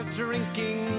drinking